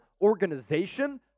organization